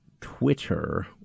Twitter